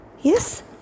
Yes